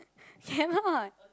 cannot